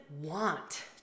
want